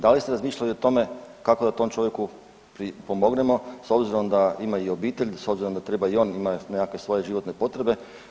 Da li ste razmišljali o tome kako da tom čovjeku pripomognemo s obzirom da ima i obitelj, s obzirom da treba i on treba imati nekakve svoje životne potrebe.